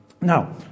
Now